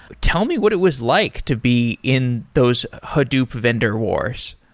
tell me what it was like to be in those hadoop vendor wars.